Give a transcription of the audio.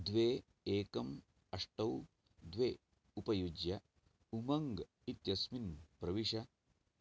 द्वे एकं अष्ट द्वे उपयुज्य उमङ्ग् इत्यस्मिन् प्रविश